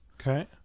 Okay